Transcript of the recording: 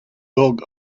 dog